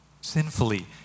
sinfully